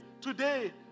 today